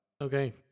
Okay